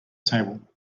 table